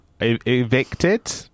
Evicted